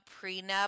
prenup